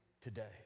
today